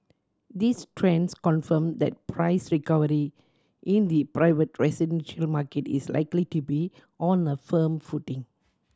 these trends confirm that price recovery in the private residential market is likely to be on a firm footing